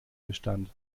bestand